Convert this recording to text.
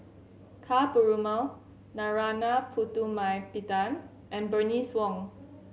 Ka Perumal Narana Putumaippittan and Bernice Wong